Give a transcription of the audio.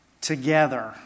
together